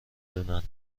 دونن